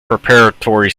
preparatory